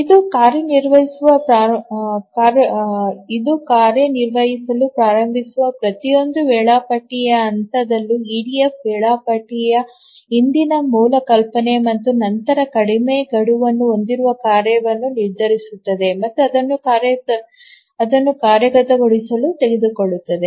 ಇದು ಕಾರ್ಯನಿರ್ವಹಿಸಲು ಪ್ರಾರಂಭಿಸುವ ಪ್ರತಿಯೊಂದು ವೇಳಾಪಟ್ಟಿ ಹಂತದಲ್ಲೂ ಇಡಿಎಫ್ ವೇಳಾಪಟ್ಟಿಯ ಹಿಂದಿನ ಮೂಲ ಕಲ್ಪನೆ ಮತ್ತು ನಂತರ ಕಡಿಮೆ ಗಡುವನ್ನು ಹೊಂದಿರುವ ಕಾರ್ಯವನ್ನು ನಿರ್ಧರಿಸುತ್ತದೆ ಮತ್ತು ಅದನ್ನು ಕಾರ್ಯಗತಗೊಳಿಸಲು ತೆಗೆದುಕೊಳ್ಳುತ್ತದೆ